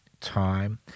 time